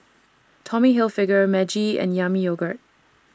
Tommy Hilfiger Meiji and Yami Yogurt